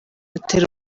atera